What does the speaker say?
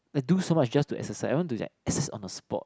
I do so much just to exercise I want do that exercise on the spot